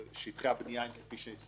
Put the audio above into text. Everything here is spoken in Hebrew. שטחי הבנייה כפי שסוכמו,